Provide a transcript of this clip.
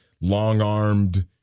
long-armed